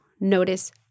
notice